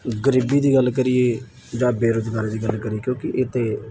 ਗਰੀਬੀ ਦੀ ਗੱਲ ਕਰੀਏ ਜਾਂ ਬੇਰੁਜ਼ਗਾਰੀ ਦੀ ਗੱਲ ਕਰੀਏ ਕਿਉਂਕਿ ਇਹ ਤਾਂ